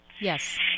yes